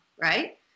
Right